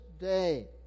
day